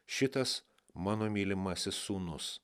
šitas mano mylimasis sūnus